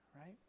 Right